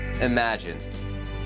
imagine